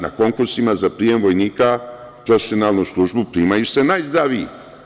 Na konkursima za prijem vojnika, u profesionalnu službu primaju se najzdraviji.